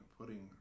putting